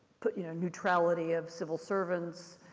but you know, neutrality of civil servants.